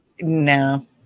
no